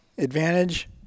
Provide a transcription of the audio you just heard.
Advantage